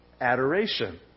adoration